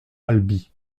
albi